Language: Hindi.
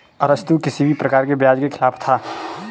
अरस्तु किसी भी प्रकार के ब्याज के खिलाफ था